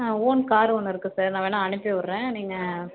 own car ஒன்று இருக்கு sir நான் வேணா அனுப்பி விட்றேன் நீங்கள்